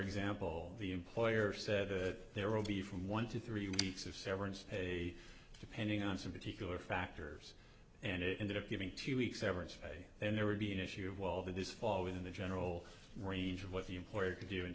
example the employer said that there will be from one to three weeks of severance a depending on some particular factors and it ended up giving two weeks severance pay then there would be an issue of well this fall within the general range of what the employer to do in